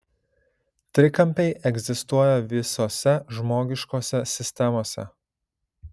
trikampiai egzistuoja visose žmogiškose sistemose